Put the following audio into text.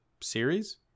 series